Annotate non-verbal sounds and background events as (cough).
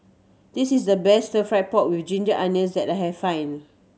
this is the best Stir Fried Pork With Ginger Onions that I (unintelligible) find